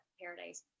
paradise